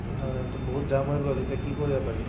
হয় ত' বহুত জাম হৈ গ'ল এতিয়া কি কৰিব পাৰি